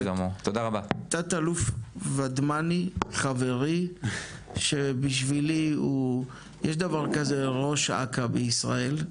תת אלוף ודמני חברי שבשבילי הוא יש דבר כזה ראש אכ"א בישראל,